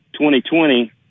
2020